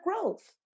growth